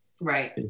Right